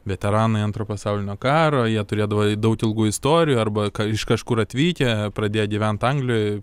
veteranai antro pasaulinio karo jie turėdavo daug ilgų istorijų arba iš kažkur atvykę pradėjo gyvent anglijoj